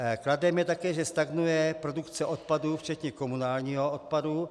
Kladem také je, že stagnuje produkce odpadu včetně komunálního odpadu.